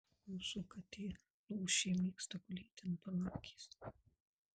mūsų katė lūšė mėgsta gulėti ant palangės